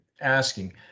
asking